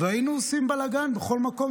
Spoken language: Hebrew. והיינו עושים בלגן בכל מקום.